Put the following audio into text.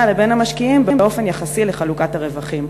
לבין המשקיעים באופן יחסי לחלוקת הרווחים.